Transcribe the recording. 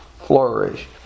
flourish